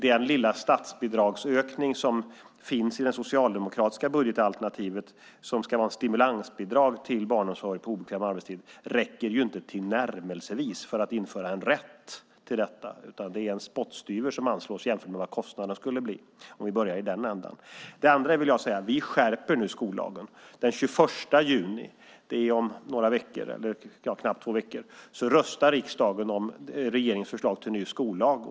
Den lilla statsbidragsökning som finns i det socialdemokratiska budgetalternativet och som ska vara ett stimulansbidrag till barnomsorg på obekväm arbetstid räcker inte tillnärmelsevis för att införa en rätt till detta, utan det är en spottstyver som anslås i jämförelse med vad kostnaderna skulle bli. Vidare skärper vi skollagen. Den 21 juni röstar riksdagen om regeringens förslag till ny skollag.